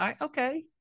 Okay